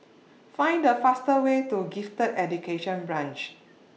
Find The fastest Way to Gifted Education Branch